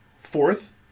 fourth